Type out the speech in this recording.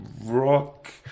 rock